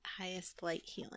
highestlighthealing